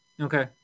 Okay